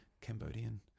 Cambodian